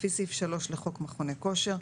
לפי סעיף 3 לחוק מכוני כושר,